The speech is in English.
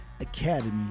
Academy